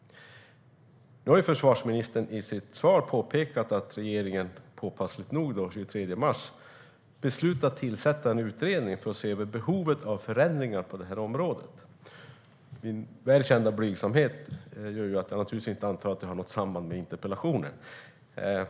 Nu har försvarsministern i sitt svar påpekat att regeringen påpassligt nog den 23 mars har beslutat tillsätta en utredning för att se över behovet av förändringar på det här området. Min väl kända blygsamhet gör att jag naturligtvis inte antar att det har något samband med interpellationen.